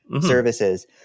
services